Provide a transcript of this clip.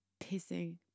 pissing